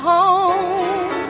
home